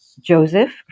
Joseph